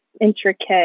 intricate